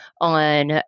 on